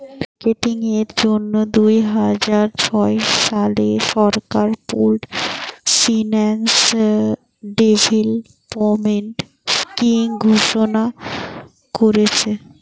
marketing এর জন্যে দুইহাজার ছয় সালে সরকার পুল্ড ফিন্যান্স ডেভেলপমেন্ট স্কিং ঘোষণা কোরেছে